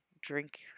drink